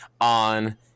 on